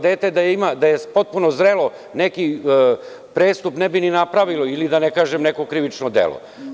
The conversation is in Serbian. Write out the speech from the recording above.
Dete da je potpuno zrelo neki prestup ne bi ni napravilo, ili da kažem neko krivično delo.